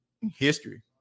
history